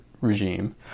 regime